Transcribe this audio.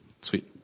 sweet